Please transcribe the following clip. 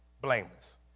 blameless